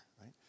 right